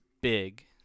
big